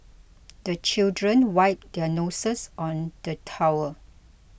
the children wipe their noses on the towel